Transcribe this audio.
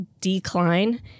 decline